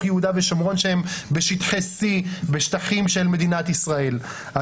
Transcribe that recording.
יהודה ושומרון שהם בשטחי C בשטחים של מדינת ישראל,